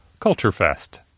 CULTUREFEST